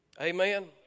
Amen